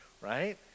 right